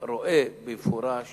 רואה במפורש